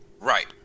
Right